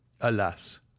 alas